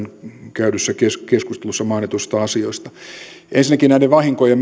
käydyssä keskustelussa mainituista asioista ensinnäkin näiden vahinkojen